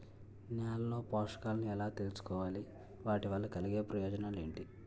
నేలలో పోషకాలను ఎలా తెలుసుకోవాలి? వాటి వల్ల కలిగే ప్రయోజనాలు ఏంటి?